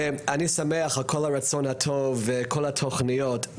אני שמח על כל הרצון הטוב וכל התכניות.